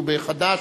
הוא בחד"ש,